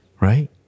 Right